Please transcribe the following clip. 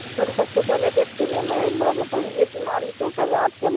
جی sir سب سے پہلے تو اس کے لیے میں ایک بات بتاؤں یہ بیماری تو خیر آج کل